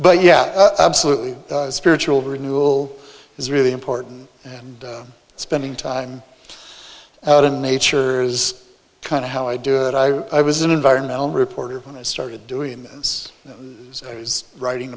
but yeah absolutely spiritual renewal is really important and spending time out in nature is kind of how i do it i was an environmental reporter when i started doing this writing